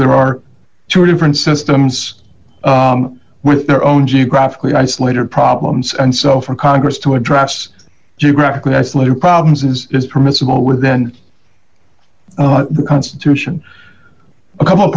there are two different systems with their own geographically isolated problems and so from congress to address geographically isolated problems is permissible with then the constitution a couple of